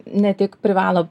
ne tik privalo